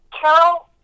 Carol